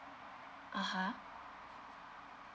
(uh huh)